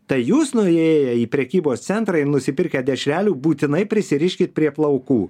tai jūs nuėję į prekybos centrą ir nusipirkę dešrelių būtinai prisiriškit prie plaukų